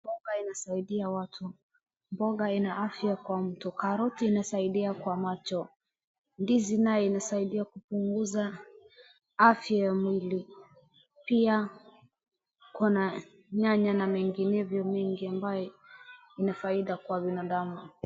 Mboga inasaidia watu. Mboga ina afya kwa mtu, karoti inasaidia kwa macho. Ndizi naye inasaidia kupunguza afya ya mwili. Pia kuna nyanya na menginevyo mengi ambaye ina faida kwa binadamu.